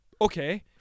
Okay